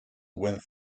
went